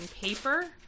paper